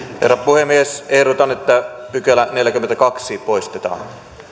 herra puhemies ehdotan että neljäskymmenestoinen pykälä poistetaan